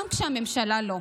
גם כשהממשלה לא.